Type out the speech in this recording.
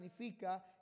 significa